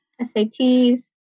SATs